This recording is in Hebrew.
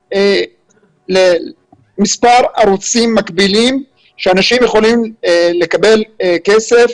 כרגע מספר ערוצים מקבלים שאנשים יכולים לקבל כסף